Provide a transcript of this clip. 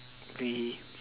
we